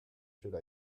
should